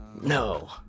No